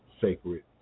sacred